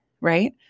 Right